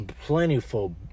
plentiful